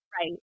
Right